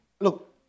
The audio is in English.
Look